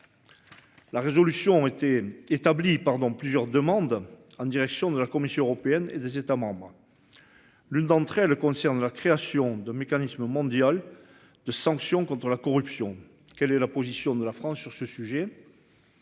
La résolution ont été établis pardon plusieurs demandes en direction de la Commission européenne et des États. L'une d'entre elles concernent la création de mécanisme mondial. De sanctions contre la corruption. Quelle est la position de la France sur ce sujet.